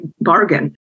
bargain